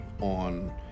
on